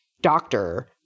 doctor